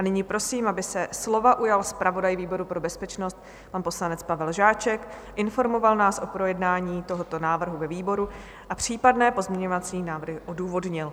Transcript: Nyní prosím, aby se slova ujal zpravodaj výboru pro bezpečnost, pan poslanec Pavel Žáček, a informoval nás o projednání tohoto návrhu ve výboru a případné pozměňovací návrhy odůvodnil.